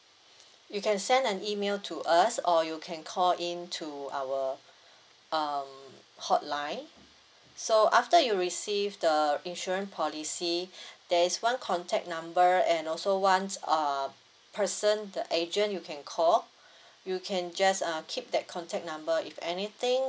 you can send an email to us or you can call in to our um hotline so after you receive the insurance policy there's one contact number and also once err person the agent you can call you can just err keep that contact number if anything